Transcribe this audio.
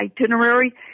itinerary